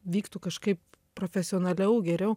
vyktų kažkaip profesionaliau geriau